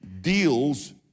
deals